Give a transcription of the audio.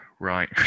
Right